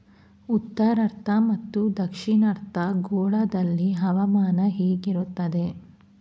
ಉತ್ತರಾರ್ಧ ಮತ್ತು ದಕ್ಷಿಣಾರ್ಧ ಗೋಳದಲ್ಲಿ ಹವಾಮಾನ ಹೇಗಿರುತ್ತದೆ?